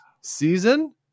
season